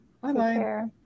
Bye-bye